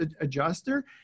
adjuster